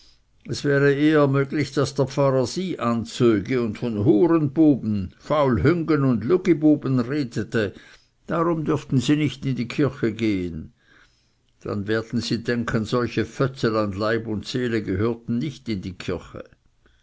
es wäre eher möglich daß der pfarrer sie anzöge und von hurenbuben faulhüngen und lugibuben redete darum dürften sie nicht in die kirche gehen dann werden sie denken solche fötzel an leib und seele gehörten nicht in die kirche